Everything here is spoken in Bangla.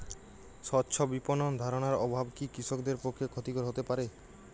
স্বচ্ছ বিপণন ধারণার অভাব কি কৃষকদের পক্ষে ক্ষতিকর হতে পারে?